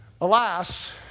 alas